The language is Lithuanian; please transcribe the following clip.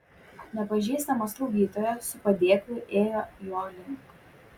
nepažįstama slaugytoja su padėklu ėjo jo link